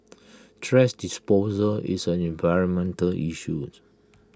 thrash disposal is an environmental issued